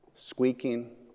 squeaking